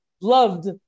loved